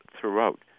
throughout